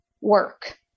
work